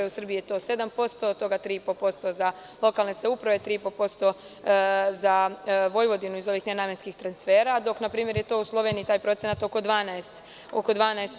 U Srbiji je to 7%, a od toga 3,5% za lokalne samouprave i 3,5% za Vojvodinu iz ovih nenamenskih transfera, dok je u Sloveniji, na primer, taj procenat oko 12%